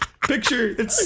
Picture